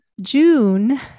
June